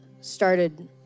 started